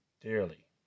Dearly